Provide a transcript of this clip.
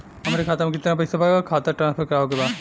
हमारे खाता में कितना पैसा बा खाता ट्रांसफर करावे के बा?